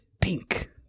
pink